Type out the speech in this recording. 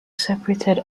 separated